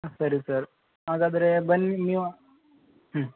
ಹಾಂ ಸರಿ ಸರ್ ಹಾಗಾದರೆ ಬನ್ನಿ ನೀವು ಹ್ಞೂ